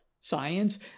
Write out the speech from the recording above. science